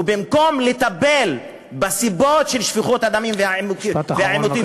ובמקום לטפל בסיבות של שפיכות הדמים והעימותים,